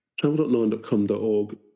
Travel.9.com.org